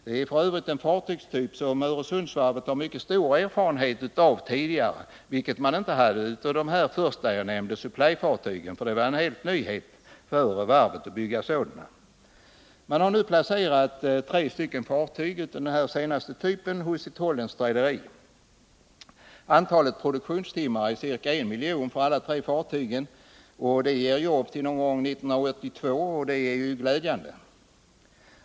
Det är f. ö. en fartygstyp som Öresundsvarvet har mycket stor erfarenhet av, vilket man inte har i fråga om supplyfartygen — det var någonting helt nytt för varvet att bygga sådana. Man har nu placerat tre bulkfartyg hos ett holländskt rederi. Antalet produktionstimmar anges vara 1 miljon för alla tre fartygen. Det ger varvet jobb fram till 1982, och det är glädjande.